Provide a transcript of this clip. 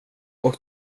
och